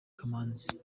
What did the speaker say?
kamanzi